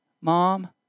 Mom